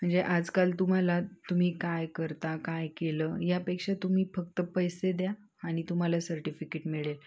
म्हणजे आजकाल तुम्हाला तुम्ही काय करता काय केलं यापेक्षा तुम्ही फक्त पैसे द्या आणि तुम्हाला सर्टिफिकेट मिळेल